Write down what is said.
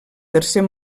tercer